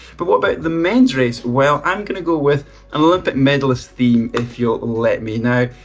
but what about the men's race? well, i'm going to go with an olympic medalists theme, if you'll let me know.